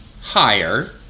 Higher